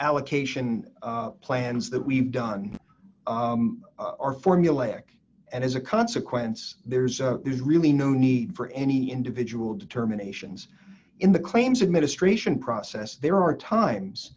allocation plans that we've done are formulaic and as a consequence there's there's really no need for any individual determinations in the claims of ministration process there are times